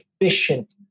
efficient